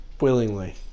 willingly